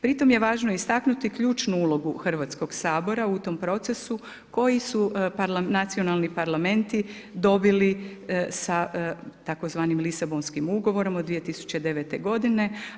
Pri tom je važno istaknuti ključnu ulogu Hrvatskog sabora u tom procesu koji su nacionalni parlamenti dobili sa tzv. Lisabonskim ugovorom od 2009. godine.